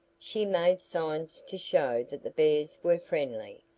she made signs to show that the bears were friendly,